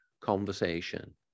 conversation